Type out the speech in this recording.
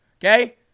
Okay